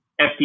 FDA